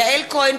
יואל,